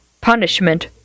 punishment